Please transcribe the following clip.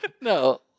No